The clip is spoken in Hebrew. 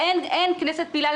אבל אין כנסת פעילה,